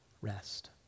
rest